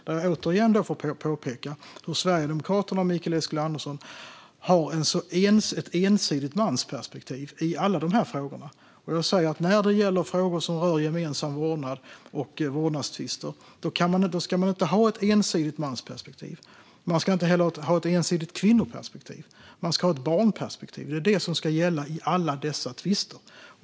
Jag får återigen påpeka att Sverigedemokraterna och Mikael Eskilandersson har ett ensidigt mansperspektiv i alla dessa frågor. När det gäller frågor som rör gemensam vårdnad och vårdnadstvister ska man inte ha ett ensidigt mansperspektiv och heller inte ett ensidigt kvinnoperspektiv, utan man ska ha ett barnperspektiv. Det är detta som ska gälla i alla dessa tvister.